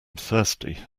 thirsty